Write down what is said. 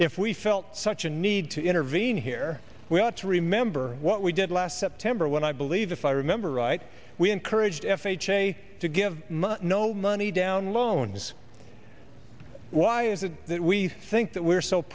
if we felt such a need to intervene here we ought to remember what we did last september when i believe if i remember right we encouraged f h a to give money no money down loans why is it that we think that we're so